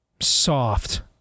Soft